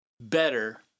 better